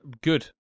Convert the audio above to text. good